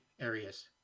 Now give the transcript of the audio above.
areas